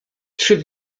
trzy